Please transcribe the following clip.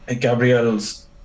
Gabriel's